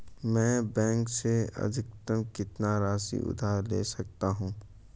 मैं बैंक से अधिकतम कितनी राशि उधार ले सकता हूँ?